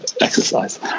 exercise